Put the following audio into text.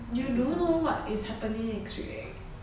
you do know what is happening next week right